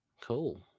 Cool